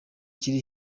kiri